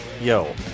Yo